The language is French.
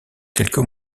quelques